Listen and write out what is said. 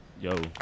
Yo